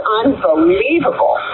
unbelievable